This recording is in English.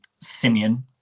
simeon